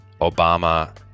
Obama